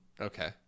Okay